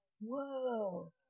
whoa